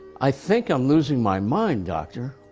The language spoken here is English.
i think i'm losing my mind doctor.